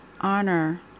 honor